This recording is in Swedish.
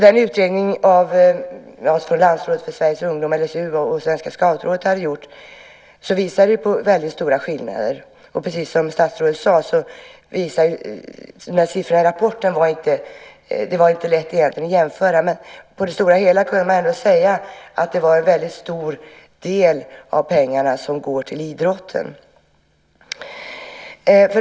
Den utredning som Landsrådet för Sveriges Ungdomsorganisationer, LSU, och Svenska Scoutrådet hade gjort visade på väldigt stora skillnader. Precis som statsrådet sade var det egentligen inte lätt att jämföra siffrorna i rapporten, men på det stora hela kunde man ändå säga att det var en väldigt stor del av pengarna som går till idrotten.